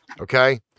okay